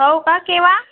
हो का केव्हा